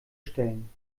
stellen